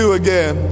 again